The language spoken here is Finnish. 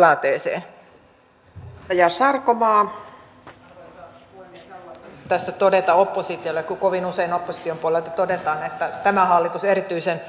haluan tässä kyllä todeta oppositiolle kun kovin usein opposition puolelta todetaan että tämä hallitus erityisen